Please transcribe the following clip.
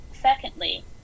secondly